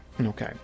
Okay